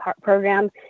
Program